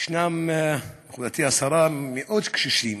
יש, מכובדתי השרה, מאות קשישים